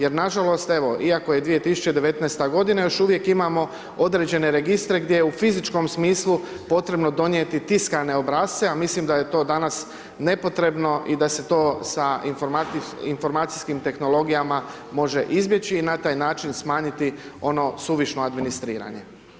Jer nažalost, evo iako je 2019. godina još uvijek imamo određene registre gdje je u fizičkom smislu potrebno donijeti tiskane obrasce a mislim da je to danas nepotrebno i da se to sa informacijskim tehnologijama može izbjeći i na taj način smanjiti ono suvišno administriranje.